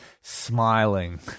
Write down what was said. smiling